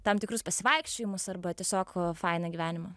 tam tikrus pasivaikščiojimus arba tiesiog fainą gyvenimą